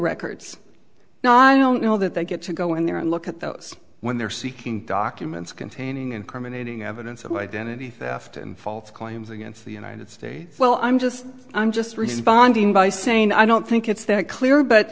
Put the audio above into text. records now i don't know that they get to go in there and look at those when they're seeking documents containing incriminating evidence of identity theft and false claims against the united states well i'm just i'm just responding by saying i don't think it's that clear